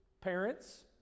parents